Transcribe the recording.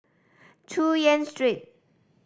Chu Yen Street